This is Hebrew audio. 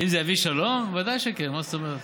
אם זה יביא שלום, בוודאי שכן, מה זאת אומרת?